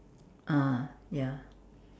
ah ya